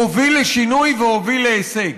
הוביל לשינוי והוביל להישג.